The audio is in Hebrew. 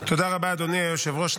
תודה רבה, אדוני היושב-ראש.